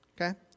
Okay